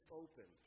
open